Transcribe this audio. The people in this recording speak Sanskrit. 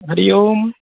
हरिः ओम्